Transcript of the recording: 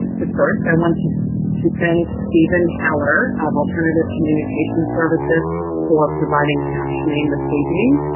but first i want to to thank steven heller of alternative communication services for providing captioning this evening,